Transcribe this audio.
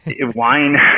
wine